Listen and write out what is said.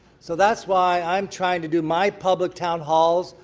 so that's why i'm trying to do my public town halls,